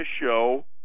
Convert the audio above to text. show